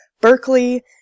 Berkeley